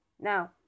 Now